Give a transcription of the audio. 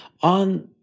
on